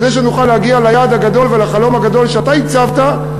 כדי שנוכל להגיע ליעד הגדול ולחלום הגדול שאתה הצבת,